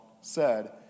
said